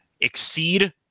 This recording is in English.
exceed